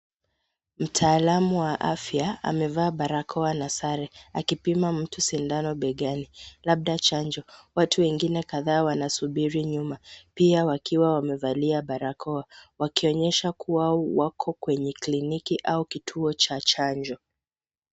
Mtaalamu wa afya amevaa barakoa na sare akipima mtu sindano begani labda chanjo. Watu wengine kadhaa wanasubiri nyuma pia wakiwa wamevalia barakoa. Wakionyesha kuwa wako kwenye kliniki au kituo cha chanjo.